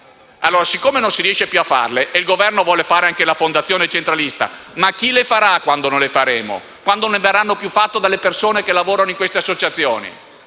a fare. Poiché non si riesce più a farle e il Governo vuole creare anche la fondazione centralista, chi le farà, quando non verranno più fatte dalle persone che lavorano in queste associazioni?